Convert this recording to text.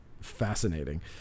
Fascinating